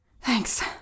Thanks